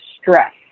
stress